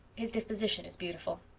his disposition is beautiful.